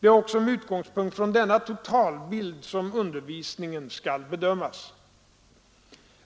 Det är också med utgångspunkt i denna totalbild som undervisningen skall bedömas.